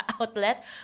outlet